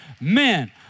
Man